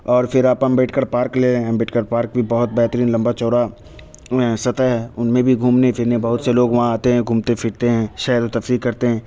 اور پھر آپ امبیڈکر پارک لیں امبیڈ کر پارک بھی بہت بہترین لمبا چوڑا سطح ہے ان میں بھی گھومنے پھرنے بہت سے لوگ وہاں آتے ہیں گھومتے پھرتے ہیں سیر و تفریح کرتے ہیں